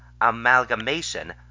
amalgamation